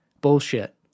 bullshit